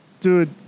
Dude